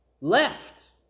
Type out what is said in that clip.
left